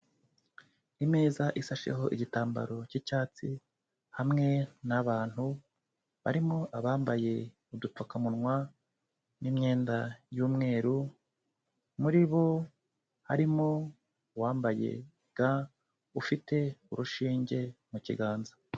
Imeza isasheho igitambaro cy'icyatsi hamwe n'abantu, barimo abambaye udupfukamunwa n'imyenda y'umweru, muri bo harimo uwambaye ga ufite urushinge mu kiganza.